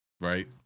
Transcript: Right